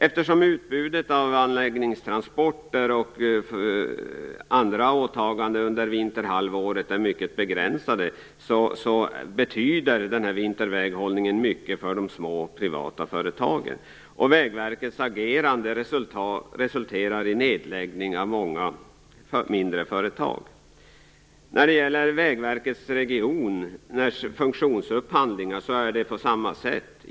Eftersom utbudet av anläggningstransporter och andra åtaganden under vinterhalvåret är mycket begränsat betyder vinterväghållningen mycket för de små privata företagen. Vägverkets agerande resulterar i nedläggning av många mindre företag. När det gäller Vägverket Regions funktionsupphandlingar förhåller det sig på samma sätt.